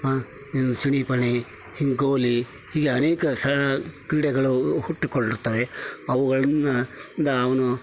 ಏನು ಹೀಗ್ ಗೋಲಿ ಹೀಗೆ ಅನೇಕ ಸ ಕ್ರೀಡೆಗಳು ಹುಟ್ಟಿಕೊಳ್ಳುತ್ತವೆ ಅವುಗಳನ್ನ ನಾವೂನೂ